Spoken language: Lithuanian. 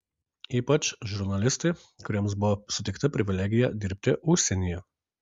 ypač žurnalistai kuriems buvo suteikta privilegija dirbti užsienyje